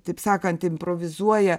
taip sakant improvizuoja